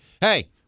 hey